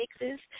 mixes